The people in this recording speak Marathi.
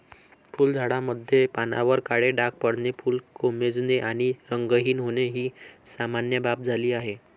फुलझाडांमध्ये पानांवर काळे डाग पडणे, फुले कोमेजणे आणि रंगहीन होणे ही सामान्य बाब झाली आहे